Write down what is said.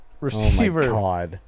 Receiver